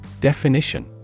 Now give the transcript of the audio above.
Definition